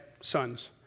sons